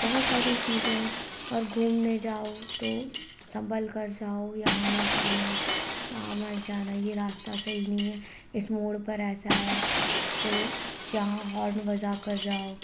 बहुत सारी चीज़ें हैं और घूमने जाओ तो संभलकर जाओ यहाँ मत जाना वहाँ मत जाना ये रास्ता सही नहीं है इस मोढ़ पर ऐसा है तो जाओ हॉर्न बजाकर जाओ